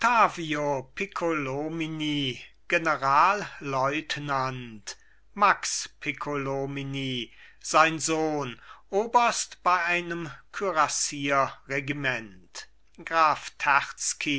generalleutnant max piccolomini sein sohn oberst bei einem kürassierregiment